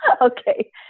Okay